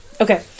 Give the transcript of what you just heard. Okay